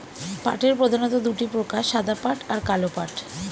পাটের প্রধানত দুটি প্রকার সাদা পাট আর কালো পাট